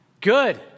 Good